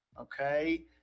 Okay